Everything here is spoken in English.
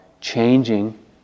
changing